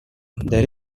there